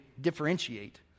differentiate